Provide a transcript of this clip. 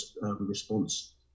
response